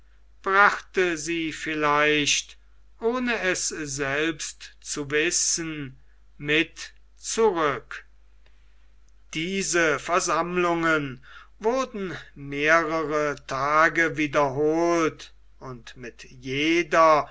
brachte sie vielleicht ohne es selbst zu wissen mit zurück diese versammlungen wurden mehrere tage wiederholt und mit jeder